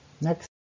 next